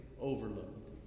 overlooked